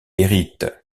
hérite